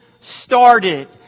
started